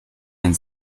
han